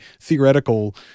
theoretical